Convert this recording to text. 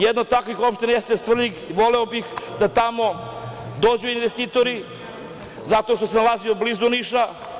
Jedna od takvih opština jeste Svrljig i voleo bih da tamo dođu investitori zato što se nalazi blizu Niša.